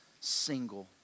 single